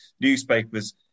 newspapers